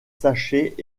sachets